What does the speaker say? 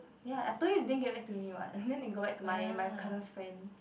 ya I told you they didn't get back to me what then they got back to my my cousin's friend